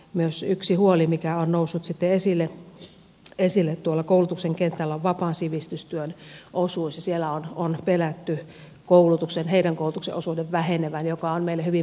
myös yksi huoli mikä on noussut sitten esille tuolla koulutuksen kentällä on vapaan sivistystyön osuus ja siellä on pelätty sen heidän koulutuksensa osuuden vähenevän joka on meille hyvin merkittävä toimija